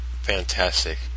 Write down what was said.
Fantastic